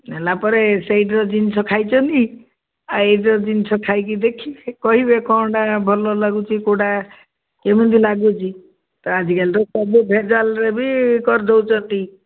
ନେଲା ପରେ ସେଇଠିର ଜିନିଷ ଖାଇଛନ୍ତି ଆଉ ଏଇଠିର ଜିନିଷ ଖାଇକି ଦେଖିବେ କହିବେ କ'ଣଟା ଭଲ ଲାଗୁଛି କେଉଁଟା କେମିତି ଲାଗୁଛି ତ ଆଜିକାଲି ତ ସବୁ ଭେଜାଲ୍ରେ ବି କରିଦେଉଛନ୍ତି